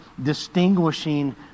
distinguishing